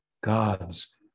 Gods